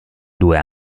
due